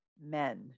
men